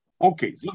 Okay